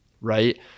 right